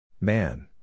Man